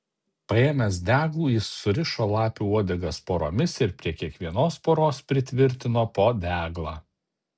paėmęs deglų jis surišo lapių uodegas poromis ir prie kiekvienos poros pritvirtino po deglą